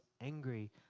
angry